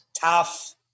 tough